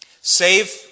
Save